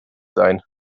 sein